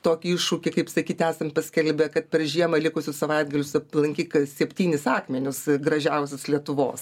tokį iššūkį kaip sakyti esam paskelbę kad per žiemą likusius savaitgalius aplankyk septynis akmenius gražiausius lietuvos